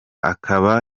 akaba